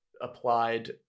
applied